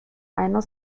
einer